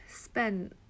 spent